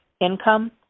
income